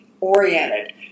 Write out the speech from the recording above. oriented